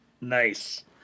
Nice